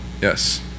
Yes